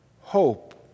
hope